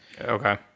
Okay